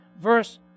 Verse